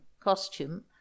costume